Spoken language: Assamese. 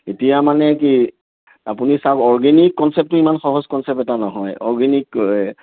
এতিয়া মানে কি আপুনি চাওক অৰ্গেনিক কঞ্চেপ্টটো ইমান সহজ কঞ্চেপ্ট এটা নহয় অৰ্গেনিক এ